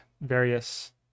various